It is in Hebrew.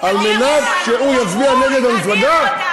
על מנת שהוא יצביע נגד המפלגה,